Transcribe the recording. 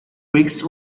greeks